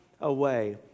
away